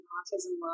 Autism